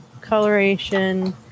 coloration